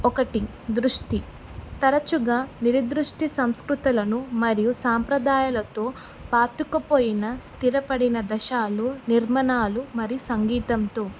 ఒకటి దృష్టి తరచుగా నిర్దిష్ట సంస్కృతులను మరియు సాంప్రదాయాలతో పాతుకుపోయిన స్థిరపడిన దశలు నిర్మాణాలు మరియు సంగీతంతో